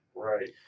Right